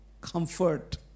comfort